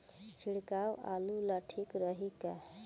छिड़काव आलू ला ठीक रही का?